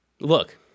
Look